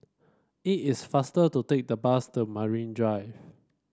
it is faster to take the bus to Marine Drive